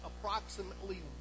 approximately